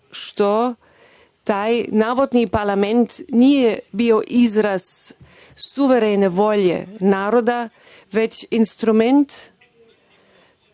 što taj navodni parlament nije bio izraz suverene volje naroda, već instrument